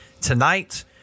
tonight